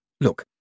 Look